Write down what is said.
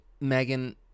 Megan